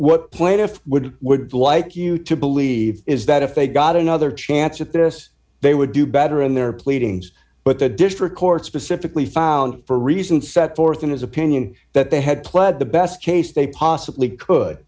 what plaintiff would would like you to believe is that if they got another chance at this they would do better in their pleadings but the district court specifically found for a reason set forth in his opinion that they had pled the best case they possibly could